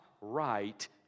right